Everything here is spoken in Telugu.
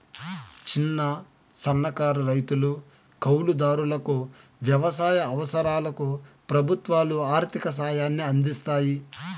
చిన్న, సన్నకారు రైతులు, కౌలు దారులకు వ్యవసాయ అవసరాలకు ప్రభుత్వాలు ఆర్ధిక సాయాన్ని అందిస్తాయి